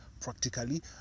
practically